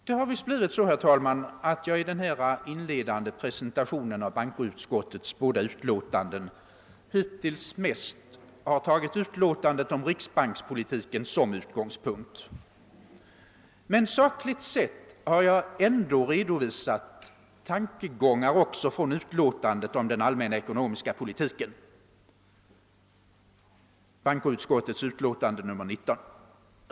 Det har visst blivit så, herr talman, att jag i denna inledande presentation av bankoutskottets båda utlåtanden hittills mest tagit utlåtandet om riksbankspolitiken som utgångspunkt. Men sakligt sett har jag ändå redovisat tankegångar även från utlåtandet om den allmänna ekonomiska politiken, bankoutskottets utlåtande nr 19.